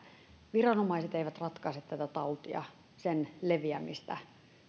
viranomaiset eivät ratkaise tätä tautia sen leviämistä